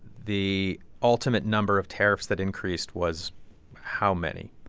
the ultimate number of tariffs that increased was how many?